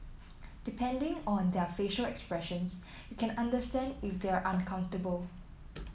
depending on their facial expressions you can understand if they are uncomfortable